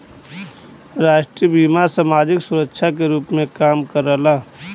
राष्ट्रीय बीमा समाजिक सुरक्षा के रूप में काम करला